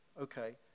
Okay